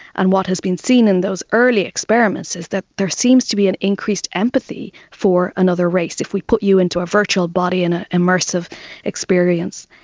and what has been seen in those early experiments is that there seems to be an increased empathy for another race if we put you into a virtual body in an immersive experience.